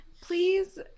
please